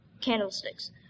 candlesticks